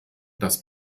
das